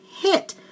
hit